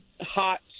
hot